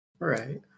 right